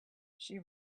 she